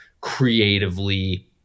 creatively